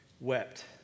wept